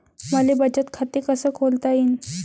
मले बचत खाते कसं खोलता येईन?